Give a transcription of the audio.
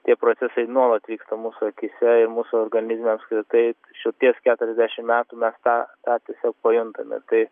tie procesai nuolat vyksta mūsų akyse ir mūsų organizme apskritai ties keturiasdešim metų mes tą tą tiesiog pajuntame tai